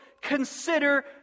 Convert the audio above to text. Consider